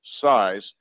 size